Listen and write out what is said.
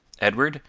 edward,